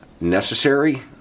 necessary